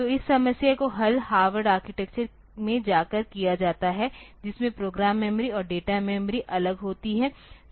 तो इस समस्या का हल हार्वर्ड आर्किटेक्चर में जाकर किया जाता है जिसमें प्रोग्राम मेमोरी और डेटा मेमोरी अलग होती है